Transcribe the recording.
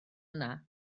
yna